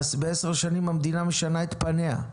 בעשר שנים המדינה משנה את פניה,